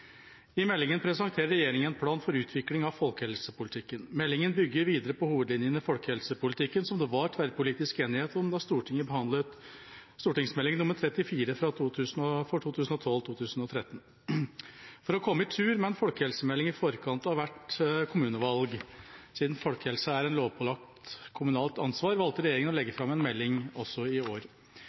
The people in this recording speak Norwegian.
I meldingen presenterer regjeringa en plan for utviklingen av folkehelsepolitikken. Meldingen bygger videre på hovedlinjene i folkehelsepolitikken, som det var tverrpolitisk enighet om da Stortinget behandlet Meld. St. 34 for 2012–2013. For å komme i tur med en folkehelsemelding i forkant av hvert kommunevalg, siden folkehelse er et lovpålagt kommunalt ansvar, valgte regjeringa å legge fram en melding også i år.